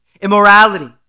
immorality